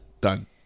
Done